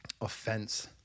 offense